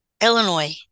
Illinois